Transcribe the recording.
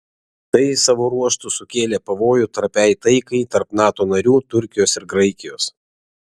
tai savo ruožtu sukėlė pavojų trapiai taikai tarp nato narių turkijos ir graikijos